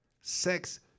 sex